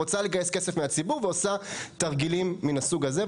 רוצה לגייס כסף מהציבור ועושה תרגילים מן הסוג הזה.